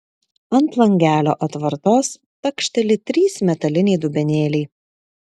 ant langelio atvartos takšteli trys metaliniai dubenėliai